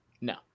No